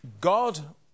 God